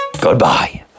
goodbye